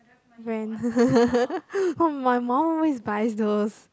brand oh my mum always buys those